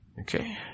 Okay